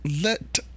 let